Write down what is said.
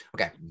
Okay